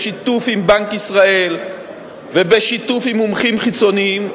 בשיתוף עם בנק ישראל ובשיתוף עם מומחים חיצוניים,